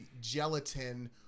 gelatin